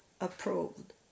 approved